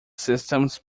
systems